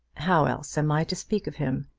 how else am i to speak of him?